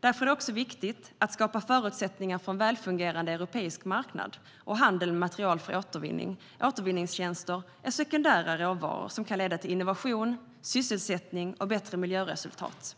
Därför är det också viktigt att skapa förutsättningar för en välfungerande europeisk marknad och handel med material för återvinning, återvinningstjänster och sekundära råvaror, som kan leda till innovation, sysselsättning och bättre miljöresultat.